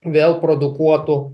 vėl produkuotų